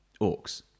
Orcs